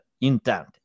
intent